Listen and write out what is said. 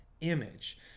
image